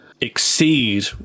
exceed